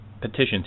petitions